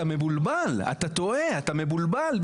אתה מבולבל, אתה טועה, אתה מבולבל.